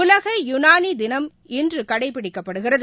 உலக யுனானிதினம் இன்றுகடைபிடிக்கப்படுகிறது